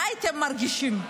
מה הייתם מרגישים?